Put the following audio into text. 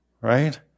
right